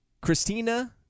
Christina